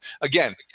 Again